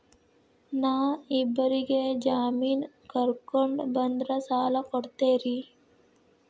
ನಾ ಇಬ್ಬರಿಗೆ ಜಾಮಿನ್ ಕರ್ಕೊಂಡ್ ಬಂದ್ರ ಸಾಲ ಕೊಡ್ತೇರಿ?